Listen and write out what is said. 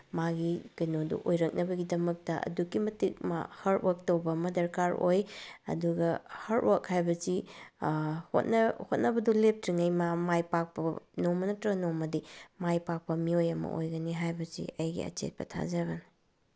ꯃꯥꯒꯤ ꯀꯩꯅꯣꯗꯨ ꯑꯣꯏꯔꯛꯅꯕꯒꯤꯗꯃꯛꯇ ꯑꯗꯨꯛꯀꯤ ꯃꯇꯤꯛ ꯃꯥ ꯍꯥꯔꯗ ꯋꯥꯔꯛ ꯇꯧꯕ ꯑꯃ ꯗꯔꯀꯥꯔ ꯑꯣꯏ ꯑꯗꯨꯒ ꯍꯥꯔꯗ ꯋꯥꯔꯛ ꯍꯥꯏꯕꯁꯤ ꯍꯣꯠꯅꯕꯗꯨ ꯂꯦꯞꯇ꯭ꯔꯤꯉꯩ ꯃꯥ ꯃꯥꯏ ꯄꯥꯛꯄ ꯅꯣꯡꯃ ꯅꯠꯇ꯭ꯔꯒ ꯅꯣꯡꯃꯗꯤ ꯃꯥꯏ ꯄꯥꯛꯄ ꯃꯤꯑꯣꯏ ꯑꯃ ꯑꯣꯏꯒꯅꯤ ꯍꯥꯏꯕꯁꯤ ꯑꯩꯒꯤ ꯑꯆꯦꯠꯄ ꯊꯥꯖꯕꯅꯤ